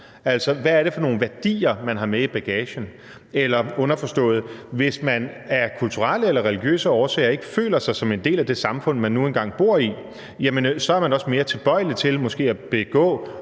hvad er det for nogle værdier, man har med i bagagen? Eller: Hvis man af kulturelle eller religiøse årsager ikke føler sig som en del af det samfund, man nu engang bor i, så er man også mere tilbøjelig til måske